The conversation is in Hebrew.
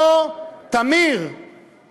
אותו תמיר,